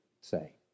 say